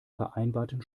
vereinbarten